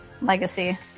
Legacy